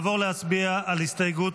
נעבור להצביע על הסתייגות